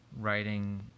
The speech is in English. writing